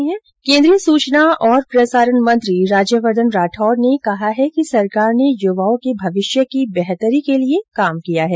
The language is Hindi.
केन्द्रीय सूचना और प्रसारण मंत्री राज्यवर्द्वन राठौड़ ने कहा है कि सरकार ने युवाओं के भविष्य की बेहतरी के लिए कार्य किया है